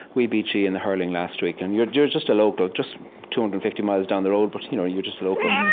we beat you in the hurling last weekend. you're just a local, just two hundred and fifty miles down the road. but you know you're just local.